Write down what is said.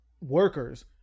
workers